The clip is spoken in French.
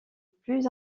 plus